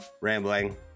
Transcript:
rambling